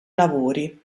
lavori